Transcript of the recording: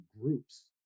groups